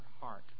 heart